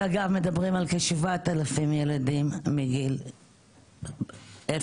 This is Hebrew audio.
שאגב מדברים על כ- 7,000 ילדים מגיל אפס,